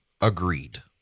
agreed